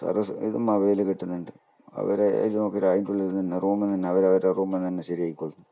സർവ്വതും മൊബൈല് കിട്ടുന്നുണ്ട് അവരെ റൂമിൽ നിന്ന് തന്നെ അവർ അവരെ റൂമിൽ നിന്ന് തന്നെ ശരിയായിക്കോളും